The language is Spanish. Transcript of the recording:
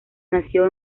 nació